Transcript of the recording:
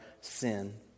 sin